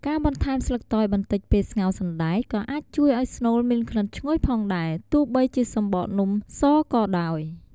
ការបន្ថែមស្លឹកតើយបន្តិចពេលស្ងោរសណ្ដែក ក៏អាចជួយឲ្យស្នូលមានក្លិនឈ្ងុយផងដែរ ទោះបីជាសំបកនំសក៏ដោយ។